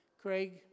Craig